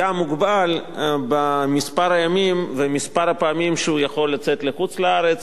היה מוגבל במספר הימים ובמספר הפעמים שהוא היה יכול לצאת לחוץ-לארץ.